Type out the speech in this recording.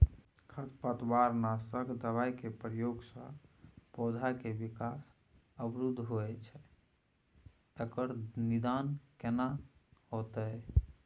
खरपतवार नासक दबाय के प्रयोग स पौधा के विकास अवरुध होय छैय एकर निदान केना होतय?